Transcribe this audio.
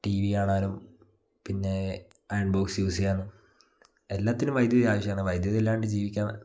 T V കാണാനും പിന്നെ iron box use ചെയ്യാനും എല്ലാത്തിനും വൈദ്യുതി ആവശ്യമാണ് വൈദ്യുതി ഇല്ലാണ്ട് ജീവിക്കാൻ